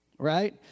Right